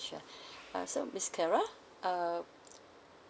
sure uh so miss clara